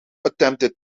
attempted